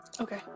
Okay